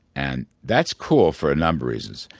and that's cool for a number reasons.